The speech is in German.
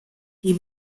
die